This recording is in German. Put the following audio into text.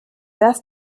das